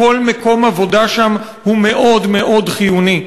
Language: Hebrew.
מקום עבודה שם הוא מאוד מאוד חיוני.